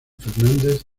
fernández